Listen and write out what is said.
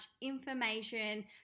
information